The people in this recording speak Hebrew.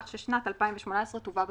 כך ששנת 2018 תובא בחשבון.